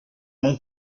mon